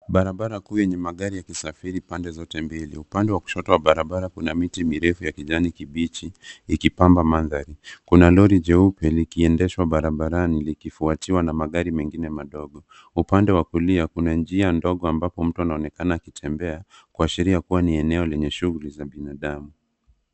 Barabara kuu yenye magari yakisafiri pande zote mbili upande wa kushoto wa barabara kuna miti mirefu ya kijani kibichi ikipamba mandhari kuna lori jeupe likiendeshwa barabarani likifuatiwa na magari mengine madogo. Upande wa kulia kuna njia ndogo ambapo mtu anaonekana akitembea kuashiria kuwa ni eneo lenye shughuli za binadamu.